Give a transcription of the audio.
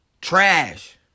trash